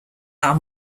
are